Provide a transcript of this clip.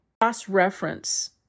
cross-reference